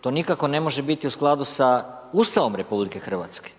To nikako ne može biti u skladu sa Ustavom RH. Prema svakom